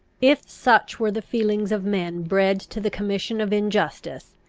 if such were the feelings of men bred to the commission of injustice,